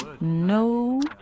No